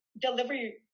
delivery